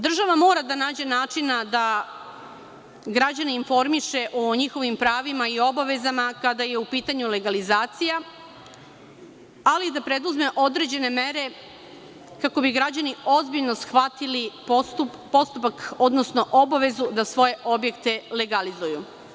Država mora da nađe načina da građane informiše o njihovim pravima i obavezama kada je u pitanju legalizacija, ali i da preduzme određene mere kako bi građani ozbiljno shvatili postupak, odnosno obavezu da svoje objekte legalizuju.